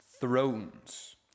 thrones